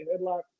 headlock